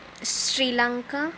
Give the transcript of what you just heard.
Sri Lanka